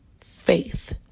faith